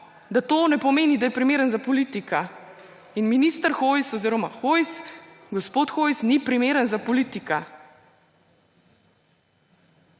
da to ne pomeni, da je primeren za politika. In minister Hojs oziroma gospod Hojs ni primeren za politika!